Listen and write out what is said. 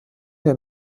der